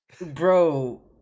Bro